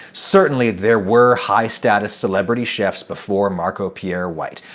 certainly there were high-status celebrity chefs before marco pierre white,